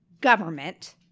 government